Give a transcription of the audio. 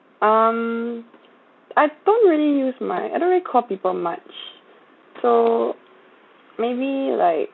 um I don't really use my I don't really call people much so maybe like